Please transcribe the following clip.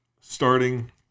starting